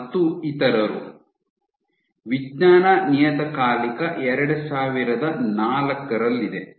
ಮತ್ತು ಇತರರು ವಿಜ್ಞಾನ ನಿಯತಕಾಲಿಕ 2004 ರಲ್ಲಿದೆ